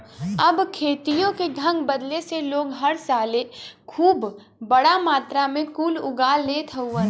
अब खेतियों के ढंग बदले से लोग हर साले खूब बड़ा मात्रा मे कुल उगा लेत हउवन